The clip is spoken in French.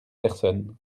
personnes